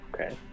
Okay